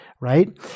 right